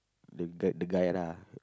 the the guy lah